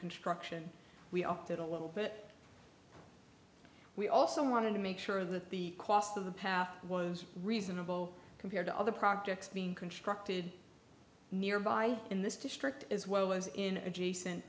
construction we opted a little bit we also wanted to make sure that the cost of the path was reasonable compared to other projects being constructed nearby in this district as well as in adjacent